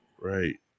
Right